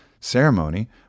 ceremony